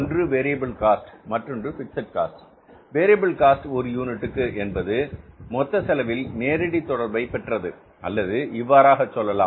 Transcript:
ஒன்று variable cost மற்றொன்று fixed cost variable cost ஒரு யூனிட்டுக்கு என்பது மொத்த செலவில் நேரடி தொடர்பை பெற்றது அல்லது இவ்வாறாக சொல்லலாம்